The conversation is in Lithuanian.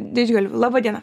didžgalviu laba diena